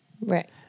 Right